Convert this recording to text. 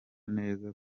neza